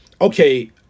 okay